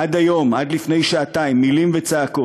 עד היום, עד לפני שעתיים, מילים וצעקות.